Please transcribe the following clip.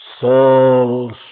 Soul